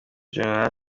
gen